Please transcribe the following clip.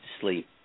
sleep